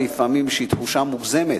שלפעמים היא תחושה מוגזמת.